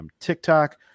TikTok